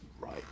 Right